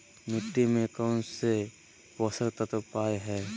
मिट्टी में कौन से पोषक तत्व पावय हैय?